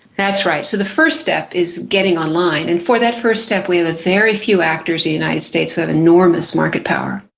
that's right. so the first step is getting online and for that first step we have a very few actors in the united states who have enormous market power.